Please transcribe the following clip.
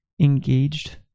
engaged